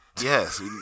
Yes